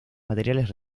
materiales